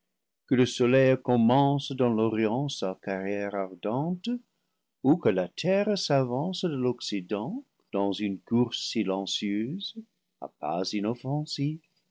que le soleil commence dans l'orient sa carrière ardente ou que la terre s'avance de l'occident dans une course silencieuse à pas inoffensifs